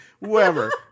Whoever